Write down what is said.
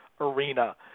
arena